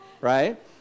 right